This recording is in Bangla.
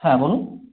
হ্যাঁ বলুন